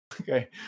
Okay